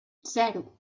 zero